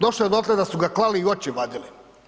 Došlo je dotle da su ga klali i oči vadili.